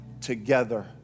together